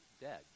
dead